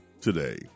today